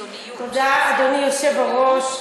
תודה, אדוני היושב-ראש.